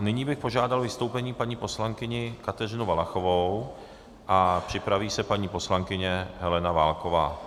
Nyní bych požádal o vystoupení paní poslankyni Kateřinu Valachovou a připraví se paní poslankyně Helena Válková.